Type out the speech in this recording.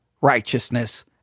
righteousness